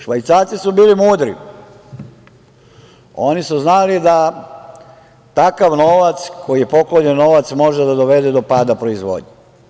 Švajcarci su bili mudri, oni su znali da takav novac koji je poklonjen može da dovede do pada proizvodnje.